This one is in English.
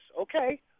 Okay